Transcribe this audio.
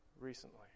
recently